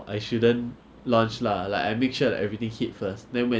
these cases are more common in 那个国家 than 在这边啊 so